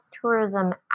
tourism